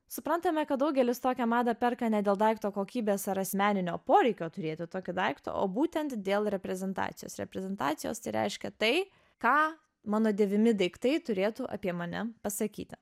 suprantame kad daugelis tokią madą perka ne dėl daikto kokybės ar asmeninio poreikio turėti tokį daiktą o būtent dėl reprezentacijos reprezentacijos tai reiškia tai ką mano dėvimi daiktai turėtų apie mane pasakyti